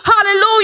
hallelujah